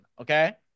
okay